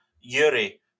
Yuri